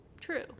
true